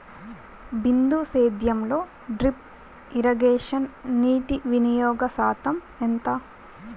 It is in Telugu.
బిందు సేద్యంలో డ్రిప్ ఇరగేషన్ నీటివినియోగ శాతం ఎంత?